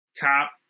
cop